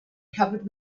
covered